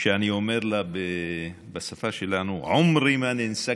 שאני אומר לה בשפה שלנו: (אומר דברים במרוקאית.)